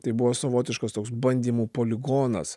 tai buvo savotiškas toks bandymų poligonas